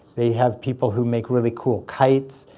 they have people who make really cool kites,